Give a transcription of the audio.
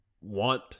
want